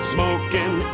Smoking